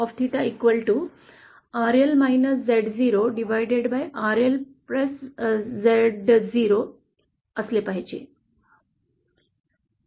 C मध्ये GAMAin RL Z0 असले पाहिजे